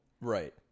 Right